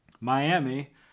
Miami